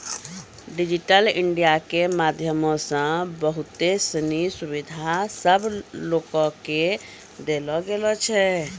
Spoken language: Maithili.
डिजिटल इंडिया के माध्यमो से बहुते सिनी सुविधा सभ लोको के देलो गेलो छै